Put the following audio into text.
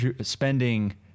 spending